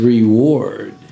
Reward